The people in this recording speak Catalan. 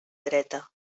dreta